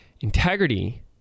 Integrity